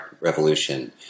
revolution